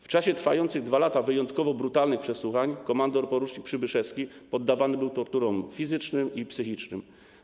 W czasie trwających 2 lata wyjątkowo brutalnych przesłuchań kmdr por. Przybyszewski poddawany był torturom fizycznym i psychicznym.